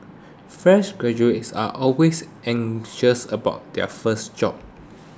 fresh graduates are always anxious about their first job